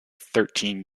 thirteen